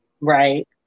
Right